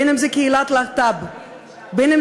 אם קהילת הלהט"בים,